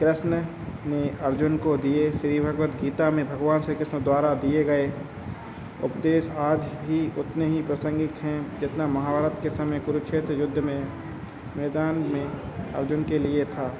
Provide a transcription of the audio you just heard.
कृष्ण ने अर्जुन को दिए श्री भगवद गीता में भगवान श्री कृष्ण द्वारा दिए गए उपदेश आज भी उतने ही प्रसंगिक हैं जितना महाभारत के समय कुरुक्षेत्र युद्ध में मैदान में अर्जुन के लिए था